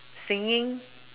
singing